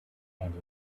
and